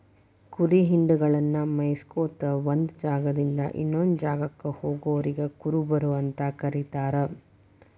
ಕುರಿ ಹಿಂಡಗಳನ್ನ ಮೇಯಿಸ್ಕೊತ ಒಂದ್ ಜಾಗದಿಂದ ಇನ್ನೊಂದ್ ಜಾಗಕ್ಕ ಹೋಗೋರಿಗೆ ಕುರುಬರು ಅಂತ ಕರೇತಾರ